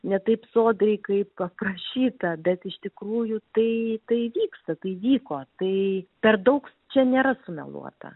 ne taip sodriai kaip aprašyta bet iš tikrųjų tai tai vyksta tai vyko tai per daug čia nėra sumeluota